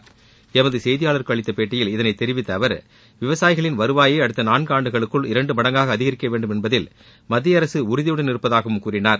ளமது செய்தியாளருக்கு அளித்த பேட்டியில் இதனை தெரிவித்த அவர் விவசாயிகளின் வருவாயை அடுத்த நான்காண்டுகளுக்குள் இரண்டு மடங்காக அதிகரிக்கவேண்டும் என்பதில் மத்தியஅரசு உறுதியுடன் இருப்பதாகவும் கூறினார்